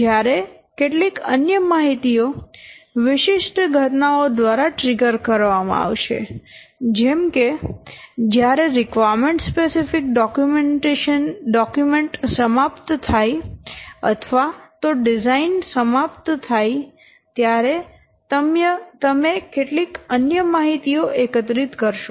જ્યારે કેટલીક અન્ય માહિતીઓ વિશિષ્ટ ઘટનાઓ દ્વારા ટ્રિગર કરવામાં આવશે જેમ કે જ્યારે રિક્વાયરમેન્ટ સ્પેસિફિકેશન ડોક્યુમેન્ટ સમાપ્ત થાય અથવા તો ડિઝાઇન સમાપ્ત થાય ત્યારે તમે કેટલીક અન્ય માહિતીઓ એકત્રિત કરશો